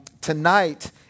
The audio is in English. Tonight